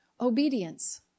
Obedience